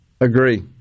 Agree